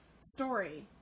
story